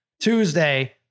Tuesday